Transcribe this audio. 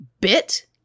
bit